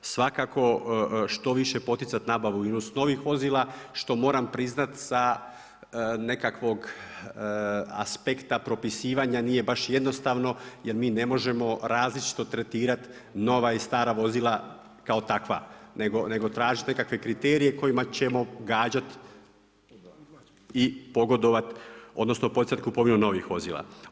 Svakako što više poticati nabavu i unos novih vozila što moram priznati sa nekakvog aspekta propisivanja nije baš jednostavno jer mi ne možemo različito tretirati nova i stara vozila tako takva nego tražiti nekakve kriterije kojima ćemo gađati i pogodovat odnosno poticati kupovinu novih vozila.